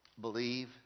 believe